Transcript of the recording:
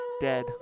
dead